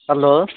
hello